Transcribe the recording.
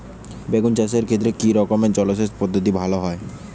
বেগুন চাষের ক্ষেত্রে কি রকমের জলসেচ পদ্ধতি ভালো হয়?